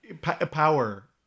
Power